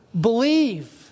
believe